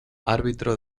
árbitro